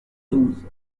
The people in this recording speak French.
douze